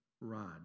rod